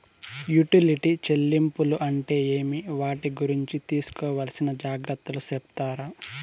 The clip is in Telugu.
యుటిలిటీ చెల్లింపులు అంటే ఏమి? వాటి గురించి తీసుకోవాల్సిన జాగ్రత్తలు సెప్తారా?